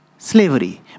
slavery